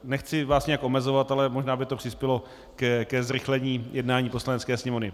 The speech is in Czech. Nechci vás nějak omezovat, ale možná by to přispělo ke zrychlení jednání Poslanecké sněmovny.